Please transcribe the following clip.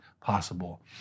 possible